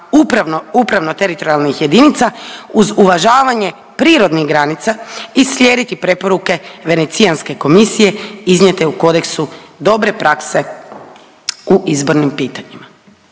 upravo teritorijalnih jedinica uz uvažavanje prirodnih granica i slijediti preporuke Venecijanske komisije iznijete u kodeksu dobre prakse u izbornim pitanjima.